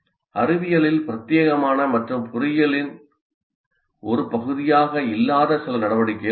அறிவியலில் பிரத்தியேகமான மற்றும் பொறியியலின் ஒரு பகுதியாக இல்லாத சில நடவடிக்கைகள் உள்ளன